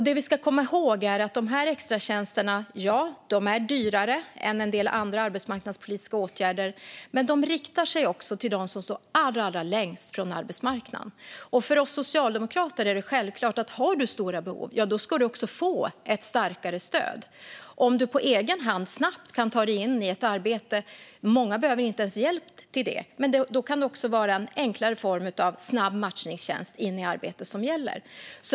Det vi ska komma ihåg är att trots att extratjänsterna är dyrare än en del andra arbetsmarknadspolitiska åtgärder riktar de sig till dem som står allra längst från arbetsmarknaden. För oss socialdemokrater är det självklart att om du har stora behov ska du också få ett starkare stöd. Om du på egen hand snabbt kan ta dig in i ett arbete, och många behöver inte ens hjälp till det, kan det vara en enklare form av en snabb matchningstjänst in i arbete som gäller.